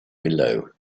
below